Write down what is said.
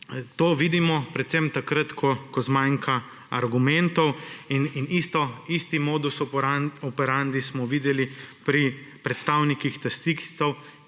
To vidimo predvsem takrat, ko zmanjka argumentov in isti modus operandi smo videli pri predstavnikih taksistov,